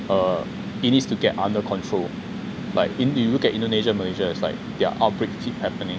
uh it needs to get under control like you look at indonesia and malaysia it's like their outbreak keep happening